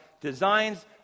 Designs